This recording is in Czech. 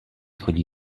chodí